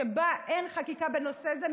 שבה אין חקיקה בנושא הזה,